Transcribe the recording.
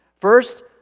First